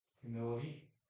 humility